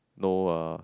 no uh